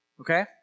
Okay